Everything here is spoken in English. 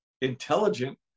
intelligent